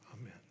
Amen